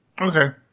Okay